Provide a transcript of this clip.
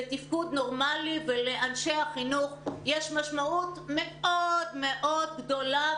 יש הרבה מאוד חומרים.